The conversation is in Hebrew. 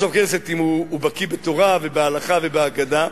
הכנסת אם הוא בקי בתורה ובהלכה ובאגדה,